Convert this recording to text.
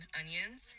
onions